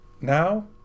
now